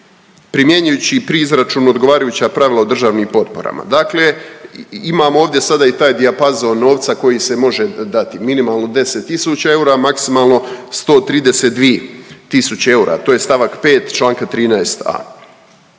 primjenjujući pri izračunu odgovarajuća pravila o državnim potporama. Dakle, imamo ovdje sada i taj dijapazon novca koji se može dati, minimalno 10 tisuća eura, a maksimalno 132 tisuće eura, to je st. 5. čl. 13.a.